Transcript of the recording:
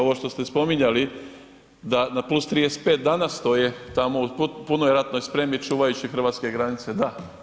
Ovo što ste spominjali da na +35 danas stoje tamo u punoj ratnoj spremi čuvajući hrvatske granice, da.